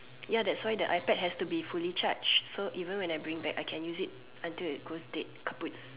ya that's why the iPad has to be fully charged so even when I bring back I can use it until it goes dead kaput